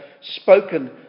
spoken